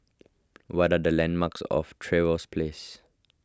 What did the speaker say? what are the landmarks of Trevose Place